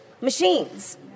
machines